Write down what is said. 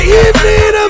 evening